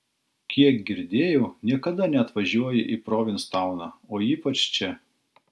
kiek girdėjau niekada neatvažiuoji į provinstauną o ypač čia